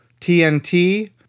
TNT